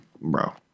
bro